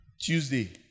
Tuesday